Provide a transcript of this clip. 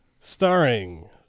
Starring